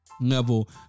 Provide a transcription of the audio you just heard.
level